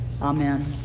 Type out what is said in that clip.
Amen